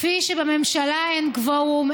כפי שבממשלה אין קוורום,